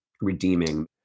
redeeming